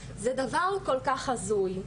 זה דבר כל כך הזוי,